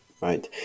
Right